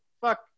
fuck